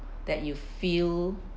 that you feel